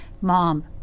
Mom